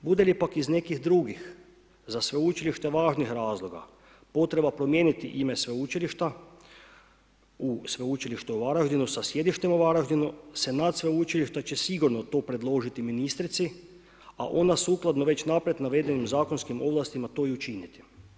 Bude li pak iz nekih drugih, za sveučilište važnih razloga, potreba promijeniti ime sveučilišta u sveučilište u Varaždinu sa sjedištem u Varaždinu se nad sveučilišta će sigurno to predložiti ministrici, a ona sukladno već naprijed navedenim zakonskim ovlastima to i učiniti.